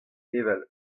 evel